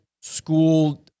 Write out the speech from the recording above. school